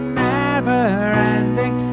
never-ending